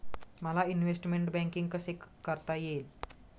मला investment banking कसे कसे करता येईल?